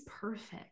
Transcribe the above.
perfect